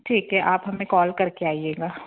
ठीक है आप हमें कॉल करके आईएगा